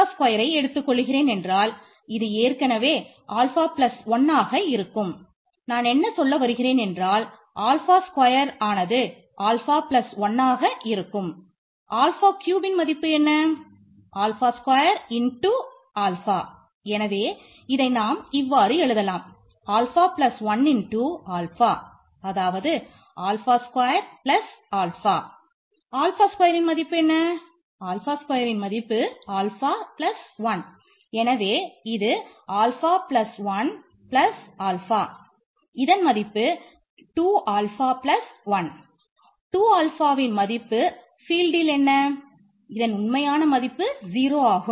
F2 வில் இது 2 ஆகும்